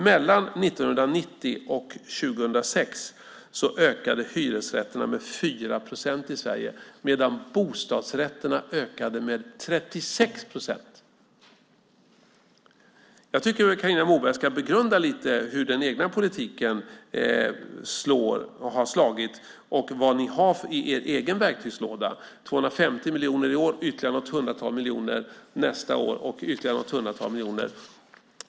Mellan 1990 och 2006 ökade antalet hyresrätter med 4 procent i Sverige, medan antalet bostadsrätter ökade med 36 procent. Jag tycker att Carina Moberg ska begrunda lite grann hur den egna politiken har slagit och vad ni har i er egen verktygslåda - 250 miljoner i år och ytterligare något hundratal miljoner nästa år och sedan ytterligare något hundratal miljoner.